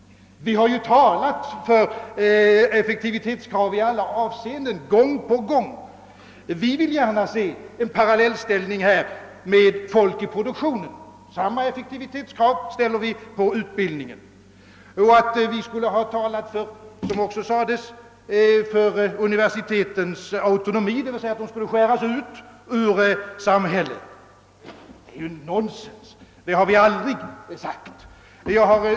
Vi har ju gång på gång talat för effektivitetskrav i alla avseenden. Vi vill härvidlag gärna se en parallell med människor i produktionen. Samma effektivitetskrav ställer vi på utbildningen. Herr Palme menade också, att vi skulle ha talat för universitetens autonomi, d.v.s. universitetens avskiljande från samhället i övrigt, men detta är ju nonsens. Vi har aldrig sagt någonting sådant.